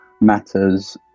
matters